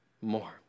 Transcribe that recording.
more